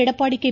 Edappadi K